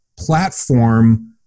platform